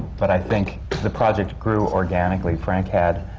but i think the project grew organically. frank had